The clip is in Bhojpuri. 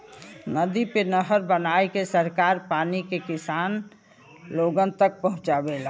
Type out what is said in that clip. नदी पे नहर बनाईके सरकार पानी के किसान लोगन तक पहुंचावेला